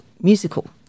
musical